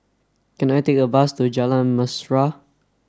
can I take a bus to Jalan Mesra